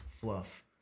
fluff